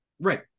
Right